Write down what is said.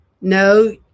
No